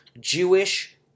Jewish